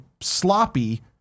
sloppy